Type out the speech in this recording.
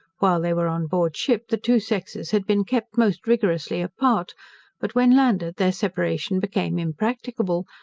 while they were on board ship, the two sexes had been kept most rigorously apart but, when landed, their separation became impracticable,